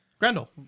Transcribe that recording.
Grendel